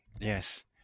yes